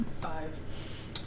Five